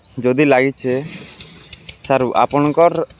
ଯଦି ଲାଗିଛେ ସାର୍ ଆପଣଙ୍କର୍